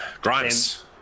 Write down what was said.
Grimes